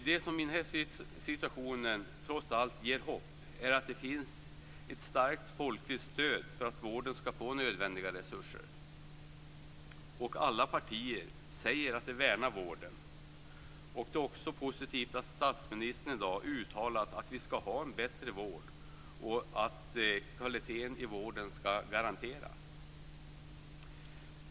Det som trots allt ger hopp i den här situationen är att det finns ett starkt folkligt stöd för att vården skall få nödvändiga resurser. Alla partier säger att de värnar vården. Det är också positivt att statsministern i dag uttalat att vi skall ha en bättre vård och att kvaliteten i vården skall garanteras.